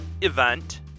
event